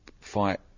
fight